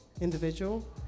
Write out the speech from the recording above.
individual